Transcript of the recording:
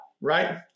right